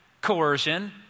coercion